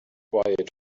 quiet